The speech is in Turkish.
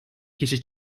kişi